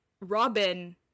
Robin